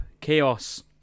Chaos